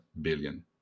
billion